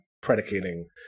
predicating